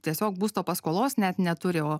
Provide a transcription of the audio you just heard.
tiesiog būsto paskolos net neturi o